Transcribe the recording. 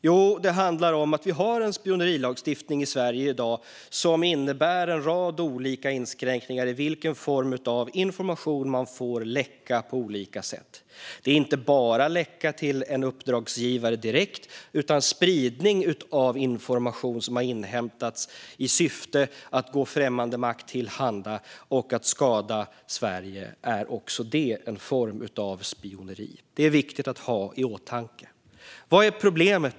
Jo, det handlar om att vi i dag har en spionerilagstiftning i Sverige som innebär en rad olika inskränkningar när det gäller vilken form av information man får läcka på olika sätt. Det gäller inte bara direkta läckor till en uppdragsgivare; spridning av information som har inhämtats i syfte att gå främmande makt till handa och att skada Sverige är också det en form av spioneri. Det är viktigt att ha i åtanke. Vad är problemet?